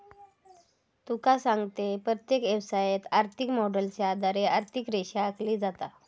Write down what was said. तुका सांगतंय, प्रत्येक व्यवसायात, आर्थिक मॉडेलच्या आधारे आर्थिक रेषा आखली जाता